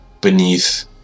beneath